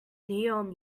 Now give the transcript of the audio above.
neon